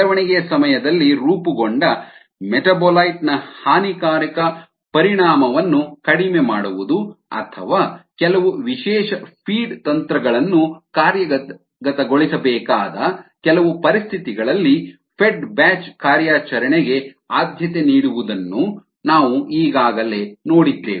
ಬೆಳವಣಿಗೆಯ ಸಮಯದಲ್ಲಿ ರೂಪುಗೊಂಡ ಮೆಟಾಬೊಲೈಟ್ ನ ಹಾನಿಕಾರಕ ಪರಿಣಾಮವನ್ನು ಕಡಿಮೆ ಮಾಡುವುದು ಅಥವಾ ಕೆಲವು ವಿಶೇಷ ಫೀಡ್ ತಂತ್ರಗಳನ್ನು ಕಾರ್ಯಗತಗೊಳಿಸಬೇಕಾದ ಕೆಲವು ಪರಿಸ್ಥಿತಿಗಳಲ್ಲಿ ಫೆಡ್ ಬ್ಯಾಚ್ ಕಾರ್ಯಾಚರಣೆಗೆ ಆದ್ಯತೆ ನೀಡುವುದನ್ನು ನಾವು ಈಗಾಗಲೇ ನೋಡಿದ್ದೇವೆ